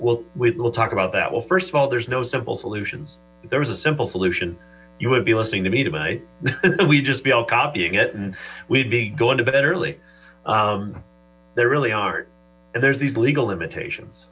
we'll we'll talk about that well first of all there's no simple solutions there is a simple solution you would be listening to me tonight we'd just be all copying it and we'd be going to bed early they really are and there's these legal limitations